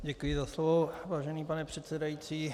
Děkuji za slovo, vážený pane předsedající.